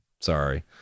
Sorry